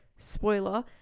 Spoiler